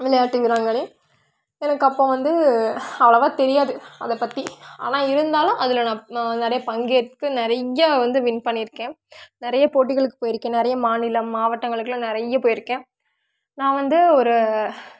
விளையாட்டு வீராங்கனை எனக்கு அப்போ வந்து அவ்ளோவாக தெரியாது அதைப்பத்தி ஆனால் இருந்தாலும் அதில் நான் நான் நிறைய பங்கேற்கும் நிறைய வந்து வின் பண்ணிருக்கேன் நிறைய போட்டிகளுக்கு போயிருக்கேன் நிறைய மாநிலம் மாவட்டங்களுக்குலாம் நிறைய போயிருக்கேன் நான் வந்து ஒரு